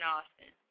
Austin